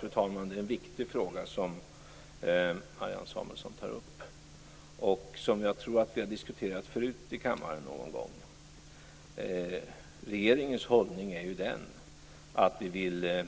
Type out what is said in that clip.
Fru talman! Det är en viktig fråga som Marianne Samuelsson tar upp och som jag tror att vi har diskuterat förut i kammaren. Regeringens hållning är den att vi vill